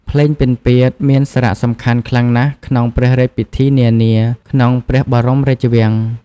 ភ្លេងពិណពាទ្យមានសារៈសំខាន់ខ្លាំងណាស់ក្នុងព្រះរាជពិធីនានាក្នុងព្រះបរមរាជវាំង។